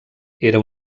era